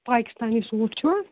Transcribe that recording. Pakistani suit چھُوا